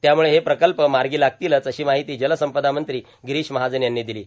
त्यामुळं हे प्रकल्प मार्गा लागतील अशी मार्ाहती जलसंपदा मंत्री गिरोश महाजन यांनी र्दिलो